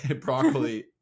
broccoli